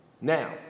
Now